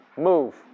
Move